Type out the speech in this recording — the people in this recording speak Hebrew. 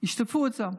ישטפו אותן,